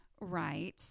Right